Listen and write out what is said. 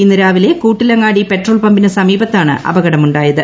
ഇന്ന് രാവിലെ കൂട്ടിലങ്ങാടി പെട്രോൾ പമ്പിന് സമീപത്താണ് അപകടമുണ്ടായത്